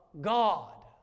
God